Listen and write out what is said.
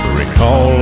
recall